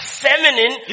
feminine